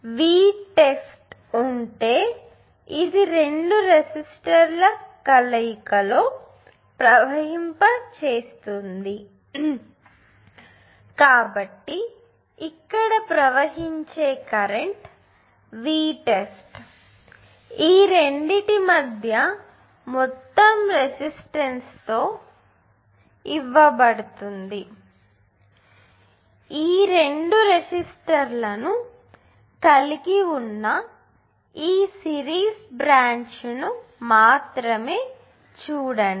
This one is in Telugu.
ఇప్పుడుVtest ఉంటే ఇది రెండు రెసిస్టర్ల కలయికలో ప్రవహింప చేస్తుంది కాబట్టి ఇక్కడ ప్రవహించే కరెంట్ Vtest ఈ రెండింటి మధ్య మొత్తం రెసిస్టెన్స్ తో ద్వారా ఇవ్వబడుతుంది ఈ రెండు రెసిస్టర్లను కలిగి ఉన్న ఈ సిరీస్ బ్రాంచ్ను మాత్రమే చూడండి